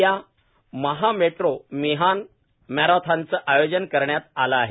उदया महामेट्रो मिहान मॅरेथॉनचे आयोजन करण्यात आलं आहे